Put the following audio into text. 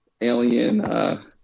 alien